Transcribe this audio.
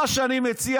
מה שאני מציע,